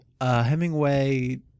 Hemingway